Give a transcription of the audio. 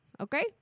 okay